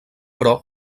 però